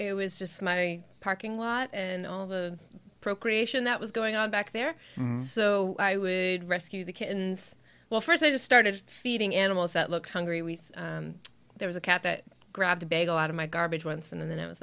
it was just my parking lot and all of a procreation that was going on back there so i would rescue the kittens well first i just started feeding animals that looked hungry when there was a cat that grabbed a bagel out of my garbage when and then it was